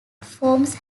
forms